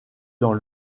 dans